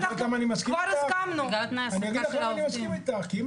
הוסיפו כאן לגבי 'ניתן צו לפירוק מבקש הרישיון או